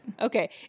Okay